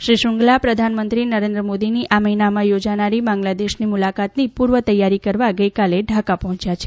શ્રી શૃંગલા પ્રધાનમંત્રી નરેન્દ્ર મોદીની આ મહિનામાં યોજાનારી બાંગ્લાદેશની મુલાકાતની પૂર્વતૈયારી કરવા ગઇકાલે ઢાકા પહોંચ્યા છે